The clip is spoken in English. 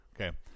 Okay